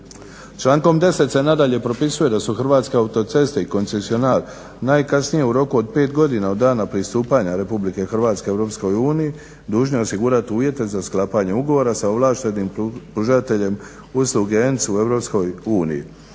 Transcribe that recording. Člankom 10. se nadalje propisuje da su Hrvatske autoceste i koncesionar najkasnije u roku od 5 godina od dana pristupanja Republike Hrvatske Europskoj uniji dužni osigurat uvjete za sklapanje ugovora sa ovlaštenim pružateljem usluge ENC u